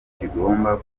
kigomba